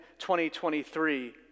2023